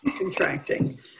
contracting